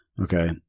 Okay